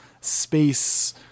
space